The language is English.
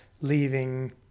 leaving